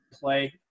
play